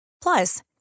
Plus